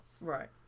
right